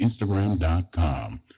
instagram.com